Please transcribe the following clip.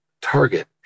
target